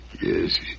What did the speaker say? Yes